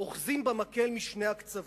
אוחזים במקל משני הקווצות,